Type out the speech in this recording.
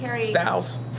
styles